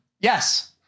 yes